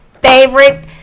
favorite